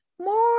more